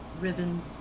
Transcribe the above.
ribbon